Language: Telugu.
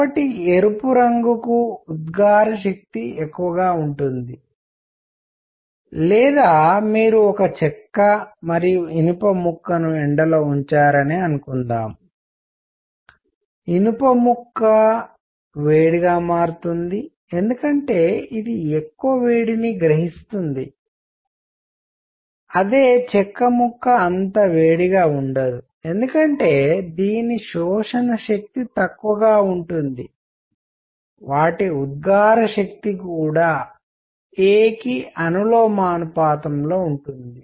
కాబట్టి ఎరుపు రంగుకు ఉద్గార శక్తి ఎక్కువగా ఉంటుంది లేదా మీరు ఒక చెక్క మరియు ఇనుము ముక్కను ఎండలో ఉంచారని అనుకుందాం ఇనుప ముక్క వేడిగా మారుతుంది ఎందుకంటే ఇది ఎక్కువ వేడిని గ్రహిస్తుంది చెక్క ముక్క అంత వేడిగా ఉండదు ఎందుకంటే దీని శోషణ శక్తి తక్కువగా ఉంటుంది వాటి ఉద్గార శక్తి కూడా a కి అనులోమానుపాతంలో ఉంటుంది